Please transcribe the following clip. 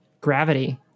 gravity